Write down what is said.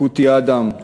קותי אדם,